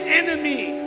enemy